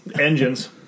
Engines